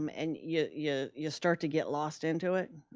um and you yeah you start to get lost into it.